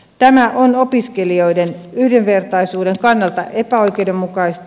tämä on opiskelijoiden yhdenvertaisuuden kannalta epäoikeudenmukaista